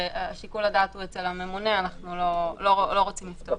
שיקול הדעת הוא אצל הממונה, אנחנו לא רוצים לפתוח.